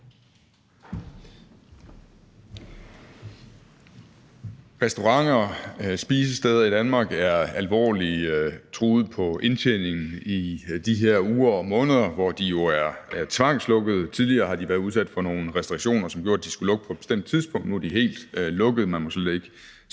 Restauranter og spisesteder i Danmark er alvorligt truet på indtjeningen i de her uger og måneder, hvor de jo er tvangslukket. Tidligere har de været udsat for nogle restriktioner, som gjorde, at de skulle lukke på et bestemt tidspunkt, nu er de helt lukket, og man må slet ikke spise